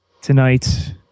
tonight